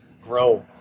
grow